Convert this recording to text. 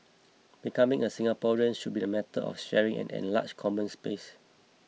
becoming a Singaporean should be a matter of sharing an enlarged common space